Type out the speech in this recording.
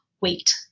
wait